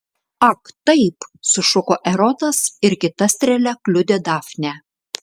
ak taip sušuko erotas ir kita strėle kliudė dafnę